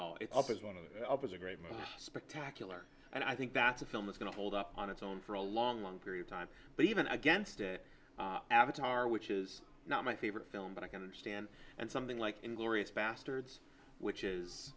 as one of the opposite great spectacular and i think that's a film is going to hold up on its own for a long long period time but even against it avatar which is not my favorite film but i can understand and something like inglorious basterds which is